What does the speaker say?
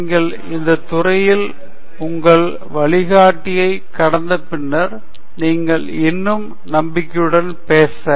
நீங்கள் அந்த துறையில் உங்கள் வழிகாட்டியை கடந்த பின்னர் நீங்கள் இன்னும் நம்பிக்கையுடன் பேச